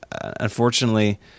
unfortunately